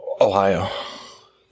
Ohio